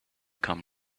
come